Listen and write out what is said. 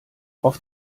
auf